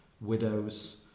widows